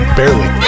barely